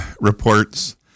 reports